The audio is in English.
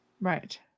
Right